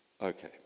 Okay